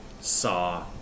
saw